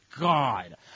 God